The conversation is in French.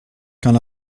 quand